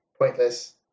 pointless